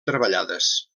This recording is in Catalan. treballades